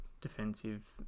defensive